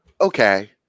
okay